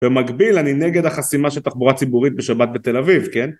ובמקביל אני נגד החסימה של תחבורה ציבורית בשבת בתל אביב כן